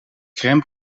crème